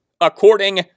according